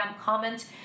comment